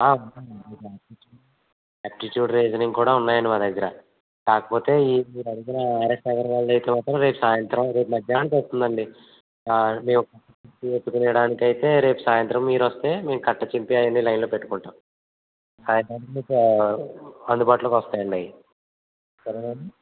aptitude reasoning కూడా ఉన్నాయండి మా దగ్గర కాకపోతే ఆర్ఎస్ అగర్వాలు అయితే మాత్రం రేపు సాయంత్రం రేపు మధ్యాహ్నానికి వస్తుందండి డానికి అయితే రేపు సాయంత్రం మీరొస్తే మేము కట్ట చింపి అవన్నీ లైన్లో పెట్టుకుంటాం అందుబాటులోకి వస్తాయండి అవి